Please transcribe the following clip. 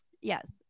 Yes